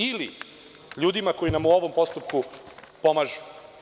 Ili ljudima koji nam u ovom postupku pomažu.